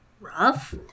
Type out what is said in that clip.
rough